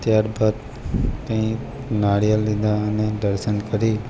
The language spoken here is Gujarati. ત્યારબાદ ત્યાં નાળિયેર લીધા અને દર્શન કરી